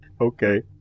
Okay